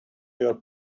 your